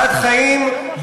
בעד חיים,